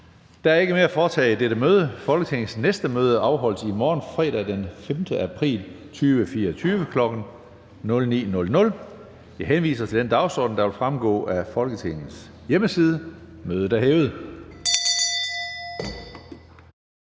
Der er ikke mere at foretage i dette møde. Folketingets næste møde afholdes i morgen, fredag den 5. april 2024, kl. 9.00. Jeg henviser til den dagsorden, der fremgår af Folketingets hjemmeside. Mødet er hævet.